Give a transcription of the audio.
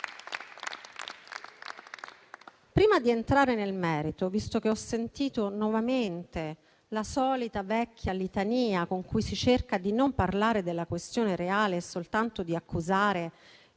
Prima di entrare nel merito, visto che ho sentito nuovamente la solita vecchia litania con cui si cerca di non parlare della questione reale e soltanto di accusare